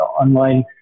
online